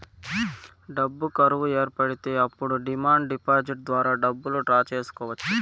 డబ్బు కరువు ఏర్పడితే అప్పుడు డిమాండ్ డిపాజిట్ ద్వారా డబ్బులు డ్రా చేసుకోవచ్చు